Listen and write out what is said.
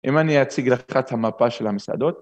אם אני אציג לך את המפה של המסעדות.